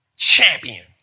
Champion